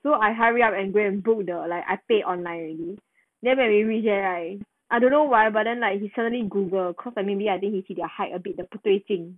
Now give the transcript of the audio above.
so I hurry up and go and book the like I pay online already then when we reach there right I don't know why but then like he suddenly Google cause like maybe I think he see the height a bit the 不对劲